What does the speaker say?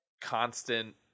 constant